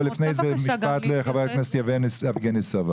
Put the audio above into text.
משפט לחבר הכנסת יבגני סובה.